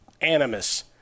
Animus